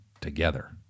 together